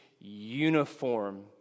uniform